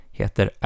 heter